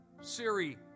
Siri